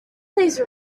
please